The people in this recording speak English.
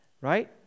Right